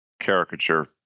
caricature